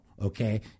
Okay